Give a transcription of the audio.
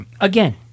again